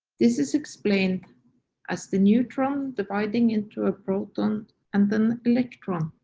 this is explained as the neutron dividing into a proton and an electron.